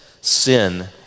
sin